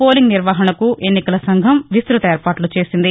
polling నిర్వహణకు ఎన్నికల సంఘం విస్తృత ఏర్పాట్లు చేసింది